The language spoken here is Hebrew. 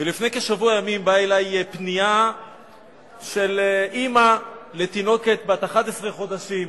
ולפני כשבוע ימים באה אלי פנייה של אמא לתינוקת בת 11 חודשים,